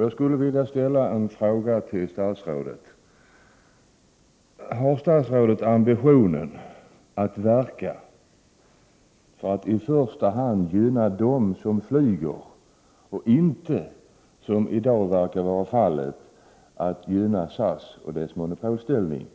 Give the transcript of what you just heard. Jag skulle vilja ställa en fråga till statsrådet: Har statsrådet ambitionen att verka för att i första hand gynna dem som flyger och inte, som i dag verkar vara fallet, att gynna SAS och dess monopolställning?